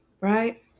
right